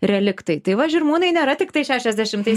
reliktai tai va žirmūnai nėra tiktai šešiasdešimtais